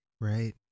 Right